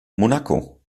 monaco